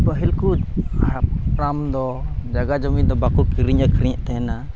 ᱯᱟᱹᱦᱤᱞ ᱠᱚ ᱦᱟᱯᱲᱟᱢ ᱫᱚ ᱡᱟᱭᱜᱟ ᱡᱩᱢᱤ ᱫᱚ ᱵᱟᱠᱚ ᱠᱤᱨᱤᱧ ᱟᱹᱠᱷᱨᱤᱧᱮᱫ ᱛᱟᱦᱮᱱᱟ